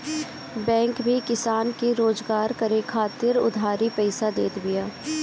bank भी किसान के रोजगार करे खातिर उधारी पईसा देत बिया